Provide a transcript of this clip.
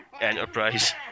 Enterprise